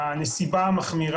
אני בעד להשמיד את זיכרון יעקב?